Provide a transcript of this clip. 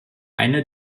eine